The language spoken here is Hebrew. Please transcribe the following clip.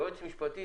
היועץ המשפטי,